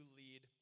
lead